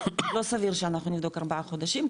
לא סביר שאנחנו נבדוק ארבעה חודשים,